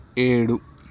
ఏడు